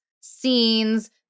scenes